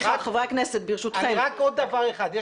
רק עוד דבר אחד,